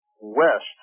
west